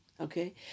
Okay